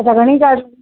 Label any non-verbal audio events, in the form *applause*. त घणी चार्ज *unintelligible*